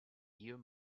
you